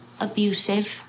abusive